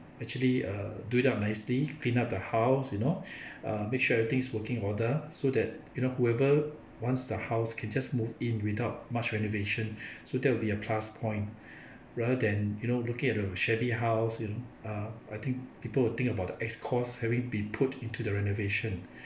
actually err do it up nicely clean up the house you know uh make sure everything is working order so that you know whoever wants the house can just move in without much renovation so that will be a plus point rather than you know looking at a shabby house you know uh I think people will think about the X cost having to be put into the renovation